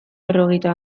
berrogeita